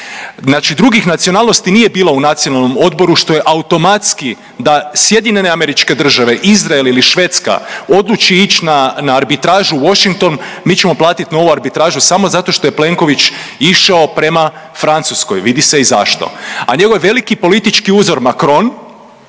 znači drugih nacionalnosti nije bilo u nacionalnom odboru, što je automatski, da SAD, Izrael ili Švedska odluči ići na arbitražu u Washington, mi ćemo platiti novu arbitražu samo zato što je Plenković išao prema Francuskoj, vidi se i zašto. A njegov veliki politički uzor Macron,